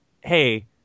hey